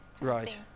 Right